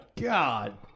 God